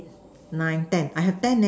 nine ten I have ten leh